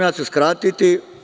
Ja ću skratiti.